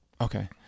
Okay